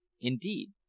Indeed